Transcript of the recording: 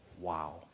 Wow